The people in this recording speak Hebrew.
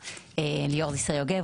שמי ליאור זיסר יוגב,